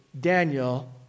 Daniel